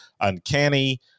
Uncanny